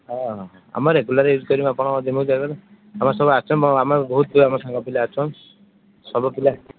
ହଁ ହଁ ଆମେ ରେଗୁଲାର ୟୁଜ କରିବୁ ଆପଣ ଆମର ବହୁତ ଆମର ବହୁତ ସାଙ୍ଗ ପିଲାମାନେ ଅଛନ୍ତି ସବୁ ପିଲା